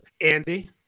Andy